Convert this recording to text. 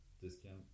discount